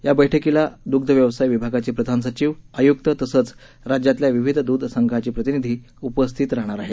या बैठकीला द्ग्ध व्यवसाय विभागाचे प्रधान सचिव आय्क्त तसंच राज्यातल्या विविध दूध संघांचे प्रतिनिधी उपस्थित राहणार आहेत